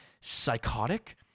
psychotic